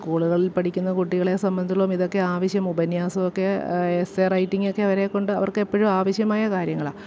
സ്കൂളുകളിൽ പഠിക്കുന്ന കുട്ടികളെ സംബന്ധിച്ചിടത്തോളം ഇതൊക്കെ ആവശ്യം ഉപന്യാസം ഒക്കെ എസ്സേ റൈറ്റിങ്ങൊക്കെ അവരെ കൊണ്ട് അവർക്കെപ്പോഴും ആവശ്യമായ കാര്യങ്ങളാണ്